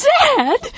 Dad